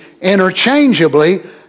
interchangeably